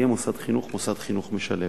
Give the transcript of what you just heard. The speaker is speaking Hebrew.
יהיה מוסד חינוך מוסד חינוך משלב.